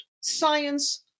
science